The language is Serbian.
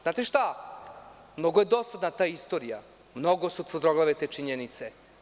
Znate šta, mnogo je dosadna ta istorija, mnogo su tvrdoglave te činjenice.